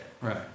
Right